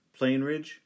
Plainridge